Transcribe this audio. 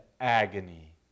agony